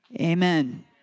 amen